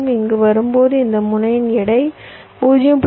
இங்கு வரும்போது இந்த முனையின் எடை 0